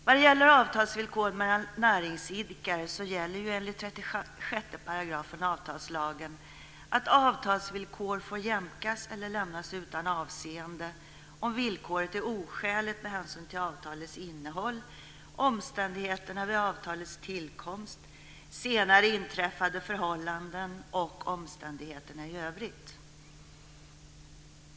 Vad gäller avtalsvillkor mellan näringsidkare gäller ju enligt 36 § avtalslagen att avtalsvillkor får jämkas eller lämnas utan avseende om villkoret är oskäligt med hänsyn till avtalets innehåll, omständigheterna vid avtalets tillkomst, senare inträffade förhållanden och omständigheterna i övrigt.